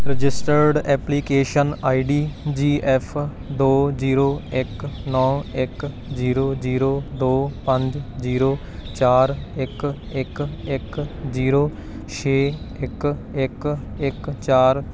registered application I D G F ਦੋ zero ਇੱਕ ਨੌ ਇੱਕ ਜੀਰੋ ਜੀਰੋ ਦੋ ਪੰਜ ਜੀਰੋ ਚਾਰ ਇੱਕ ਇੱਕ ਇੱਕ ਜ਼ੀਰੋ ਛੇ ਇੱਕ ਇੱਕ ਇੱਕ ਚਾਰ